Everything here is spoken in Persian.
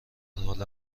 حال